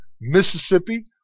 Mississippi